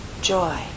joy